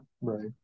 Right